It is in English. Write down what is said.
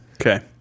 Okay